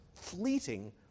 fleeting